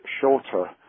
shorter